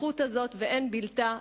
הזכות הזאת, ואין בלתה.